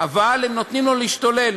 אבל הם נותנים לו להשתולל,